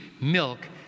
milk